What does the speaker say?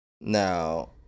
now